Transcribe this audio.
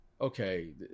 okay